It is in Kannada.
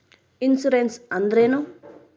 ಇನ್ಸುರೆನ್ಸ್ ಅಂದ್ರೇನು?